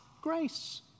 grace